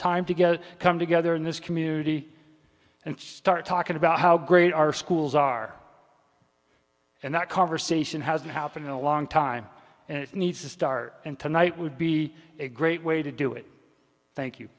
time to go come together in this community and start talking about how great our schools are and that conversation has been happening a long time and it needs a star and tonight would be a great way to do it thank you